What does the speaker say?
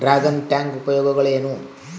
Dragon tank ಉಪಯೋಗಗಳೇನು?